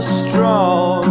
strong